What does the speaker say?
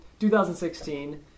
2016